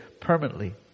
permanently